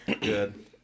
Good